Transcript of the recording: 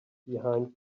behind